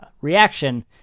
reaction